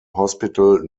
hospital